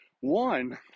one